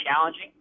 challenging